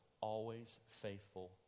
always-faithful